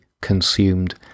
consumed